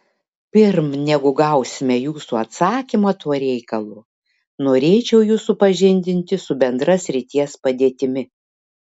pirm negu gausime jūsų atsakymą tuo reikalu norėčiau jus supažindinti su bendra srities padėtimi